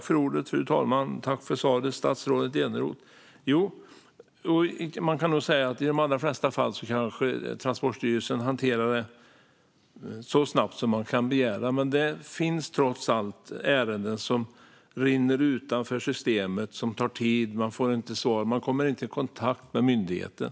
Fru talman! Tack för svaret, statsrådet Eneroth! Jo, man kan nog säga att i de allra flesta fall kanske Transportstyrelsen hanterar detta så snabbt som man kan begära, men det finns trots allt ärenden som rinner utanför systemet, som tar tid. Människor får inte svar. De kommer inte i kontakt med myndigheten.